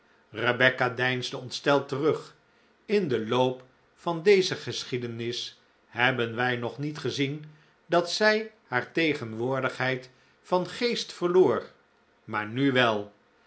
rebecca deinsde ontsteld terug in den loop van deze geschiedenis hebben wij nog niet gezien dat zij haar tegenwoordigheid van geest verloor maar nu wel